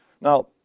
Now